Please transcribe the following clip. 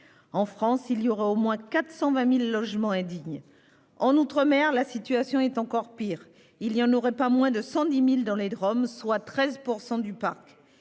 en France, il y aurait au moins 420 000 logements indignes. Outre-mer, la situation est encore pire : il n'y en aurait pas moins de 110 000 dans les départements et